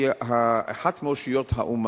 השבת היא אחת מאושיות האומה.